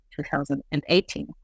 2018